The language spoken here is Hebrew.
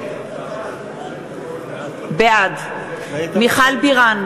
בעד מיכל בירן,